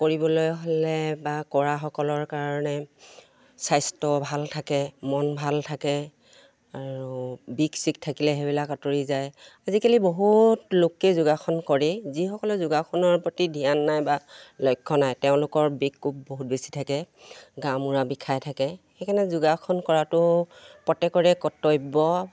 কৰিবলৈ হ'লে বা কৰাসকলৰ কাৰণে স্বাস্থ্য ভাল থাকে মন ভাল থাকে আৰু বিষ চিষ থাকিলে সেইবিলাক আঁতৰি যায় আজিকালি বহুত লোকে যোগাসন কৰে যিসকলে যোগাসনৰ প্ৰতি ধ্যান নাই বা লক্ষ্য নাই তেওঁলোকৰ বিষ কূপ বহুত বেছি থাকে গা মূৰ বিষাই থাকে সেইকাৰণে যোগাসন কৰাটো প্ৰত্যেকৰে কৰ্তব্য